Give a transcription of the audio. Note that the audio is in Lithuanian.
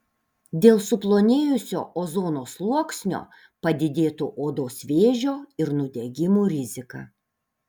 dėl suplonėjusio ozono sluoksnio padidėtų odos vėžio ir nudegimų rizika